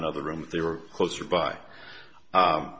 another room they were closer by